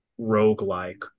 roguelike